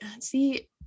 see